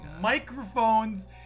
microphones